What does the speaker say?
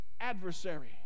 adversary